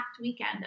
weekend